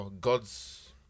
God's